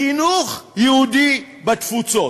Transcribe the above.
חינוך יהודי בתפוצות.